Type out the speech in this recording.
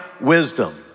wisdom